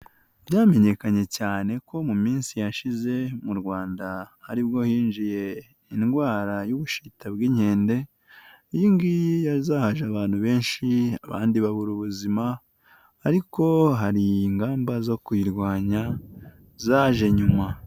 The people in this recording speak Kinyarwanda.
Byamenyekanye cyane ko mu minsi yashize mu Rwanda ari bwo hinjiye indwara y'Ubushita bw'Inkende, iyingiyi yazahaje abantu benshi abandi babura ubuzima, ariko hari ingamba zo kuyirwanya zaje nyuma.